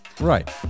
Right